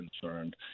concerned